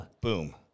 Boom